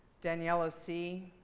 daniela c.